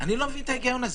אני לא מבין את ההיגיון הזה.